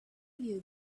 you